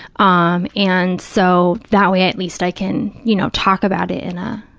um and so, that way at least i can, you know, talk about it in a,